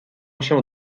się